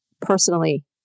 personally